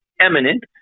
eminent